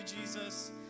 Jesus